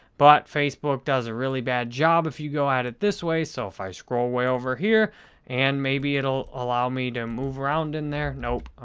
but, facebook does a really bad job if you go at it this way so if i scroll way over here and maybe it'll allow me to move around in there. nope,